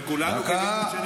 וכולנו קיווינו,